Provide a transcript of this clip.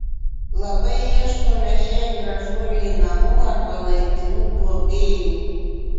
labai ieškome šiai gražuolei namų arba laikinų globėjų